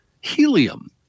helium